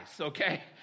okay